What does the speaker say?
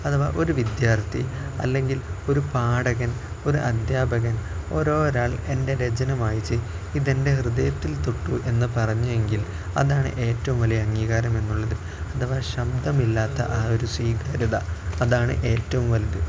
അഥവാ ഒരു വിദ്യാർഥി അല്ലെങ്കിൽ ഒരു പാഠകൻ ഒരു അദ്ധ്യാപകൻ ഓരോരാൾ എൻ്റെ രചന വായിച്ച് ഇതെൻ്റെ ഹൃദയത്തിൽ തൊട്ടുവെന്ന് പറഞ്ഞെങ്കിൽ അതാണ് ഏറ്റവും വലിയ അംഗീകാരമെന്നുള്ളത് അഥവാ ശബ്ദമില്ലാത്ത ആ ഒരു സ്വീകാര്യത അതാണ് ഏറ്റവും വലുത്